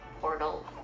portal